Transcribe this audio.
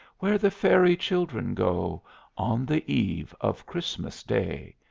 where the fairy children go on the eve of christmas day.